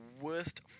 worst